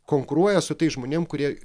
konkuruoja su tais žmonėm kurie